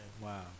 Wow